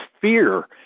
fear